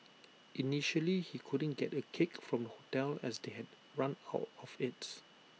initially he couldn't get A cake from hotel as they had run out of IT